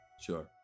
Sure